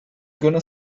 gonna